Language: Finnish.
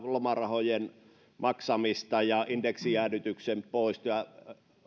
lomarahojen maksamista ja indeksijäädytyksen poistoja